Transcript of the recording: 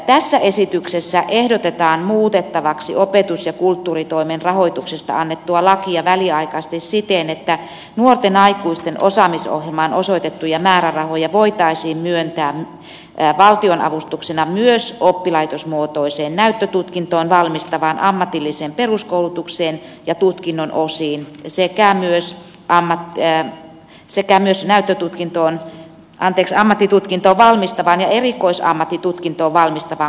tässä esityksessä ehdotetaan muutettavaksi opetus ja kulttuuritoimen rahoituksesta annettua lakia väliaikaisesti siten että nuorten aikuisten osaamisohjelmaan osoitettuja määrärahoja voitaisiin myöntää valtionavustuksena myös oppilaitosmuotoiseen näyttötutkintoon valmistavaan ammatilliseen peruskoulutukseen ja tutkinnon osiin sekä myös ammattitutkintoon valmistavaan ja erikoisammattitutkintoon valmistavaan koulutukseen